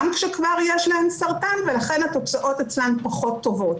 גם כשכבר יש להן סרטן ולכן התוצאות אצלן פחות טובות,